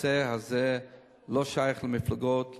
הנושא הזה לא שייך למפלגות,